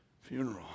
funeral